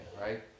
right